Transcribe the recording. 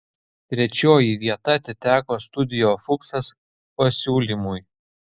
trečioji vieta atiteko studio fuksas pasiūlymui